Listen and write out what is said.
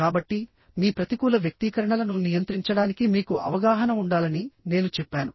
కాబట్టిమీ ప్రతికూల వ్యక్తీకరణలను నియంత్రించడానికి మీకు అవగాహన ఉండాలని నేను చెప్పాను